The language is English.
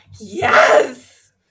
Yes